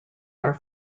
are